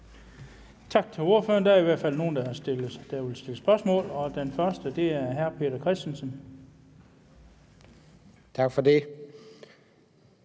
Tak til ordføreren. Der er nogle, der vil stille spørgsmål, og den første er hr. Peter Christensen. Kl.